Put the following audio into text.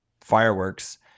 fireworks